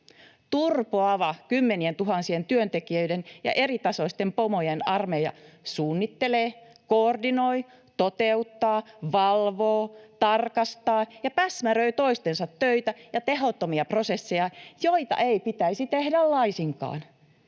Turpoava kymmenientuhansien työntekijöiden ja eritasoisten pomojen armeija suunnittelee, koordinoi, toteuttaa, valvoo, tarkastaa ja päsmäröi toistensa töitä ja tehottomia prosesseja, joita ei pitäisi tehdä laisinkaan,